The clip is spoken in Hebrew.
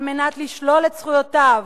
על מנת לשלול את זכויותיו,